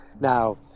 Now